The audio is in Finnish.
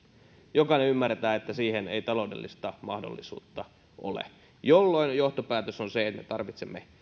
jokainen ymmärtää että siihen ei taloudellista mahdollisuutta ole jolloin johtopäätös on se että me tarvitsemme